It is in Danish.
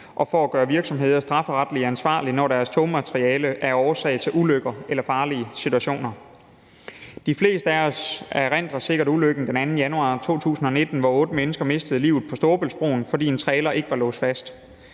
og at gøre virksomheder strafferetligt ansvarlige, når deres togmateriale er årsag til ulykker eller farlige situationer; de fleste af os erindrer sikkert ulykken den 2. januar 2019, hvor otte mennesker mistede livet på Storebæltsbroen, fordi en trailer ikke var låst fast.